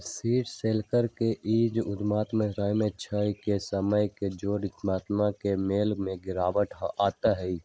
short seller के इ उम्मेद रहइ छइ कि समय के जौरे संपत्ति के मोल में गिरावट अतइ